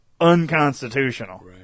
unconstitutional